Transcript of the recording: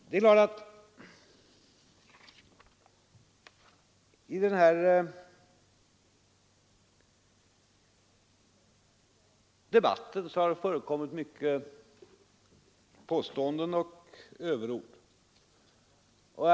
Det har självfallet i den här debatten förekommit mycket av överord och obevisade påståenden.